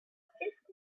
fifth